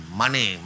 money